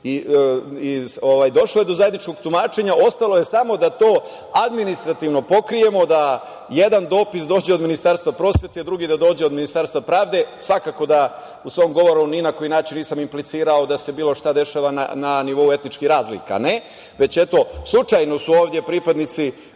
i došlo je do zajedničkog tumačenja. Ostalo je to da samo administrativno pokrijemo, da jedan dopis dođe od Ministarstva prosvete, drugi od Ministarstva pravde. Svakako da u svom govoru nisam implicirao da se bilo šta dešava na nivou etničkih razlika. Ne, već eto slučajno su ovde pripadnici